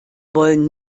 wollen